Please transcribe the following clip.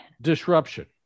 disruption